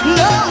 no